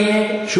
חבר הכנסת אגבאריה,